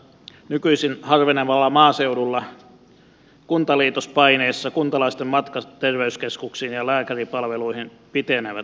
nykyisin harvenevalla maaseudulla kuntaliitospaineissa kuntalaisten matkat terveyskeskuksiin ja lääkäripalveluihin pitenevät